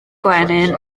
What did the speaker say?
gwenyn